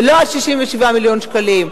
ולא על 67 מיליון שקלים.